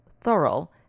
thorough